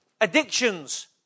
addictions